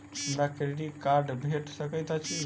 हमरा credit card भेट सकैत अछि?